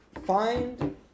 Find